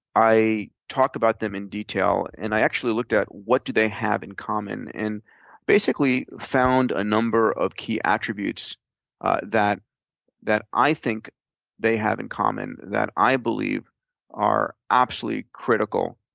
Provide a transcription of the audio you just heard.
i talk about them in detail, and i actually looked at what do they have in common and basically found a number of key attributes that that i think they have in common that i believe are absolutely critical